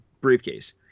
briefcase